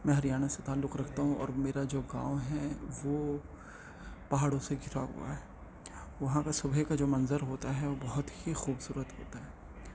میں ہریانہ سے تعلق رکھتا ہوں اور میرا جو گاؤں ہے وہ پہاڑوں سے گھرا ہوا ہے وہاں کا صبح کا جو منظر ہوتا ہے وہ بہت ہی خوبصورت ہوتا ہے